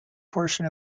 portion